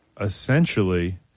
essentially